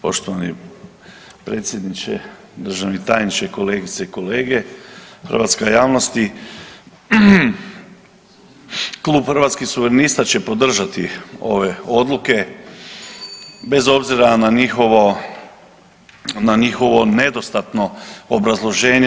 Poštovani predsjedniče, državni tajničke, kolegice i kolege, hrvatska javnosti Klub Hrvatskih suverenista će podržati ove odluke bez obzira na njihovo, na njihovo nedostatno obrazloženje.